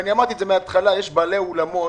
אמרתי בהתחלה שיש בעלי אולמות